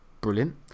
brilliant